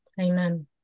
amen